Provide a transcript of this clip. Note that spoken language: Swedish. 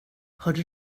hörde